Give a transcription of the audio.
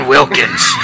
Wilkins